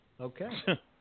okay